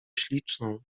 śliczną